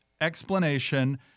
explanation